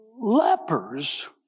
lepers